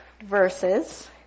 verses